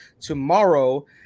tomorrow